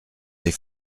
des